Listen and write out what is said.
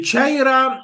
čia yra